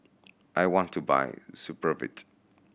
I want to buy Supravit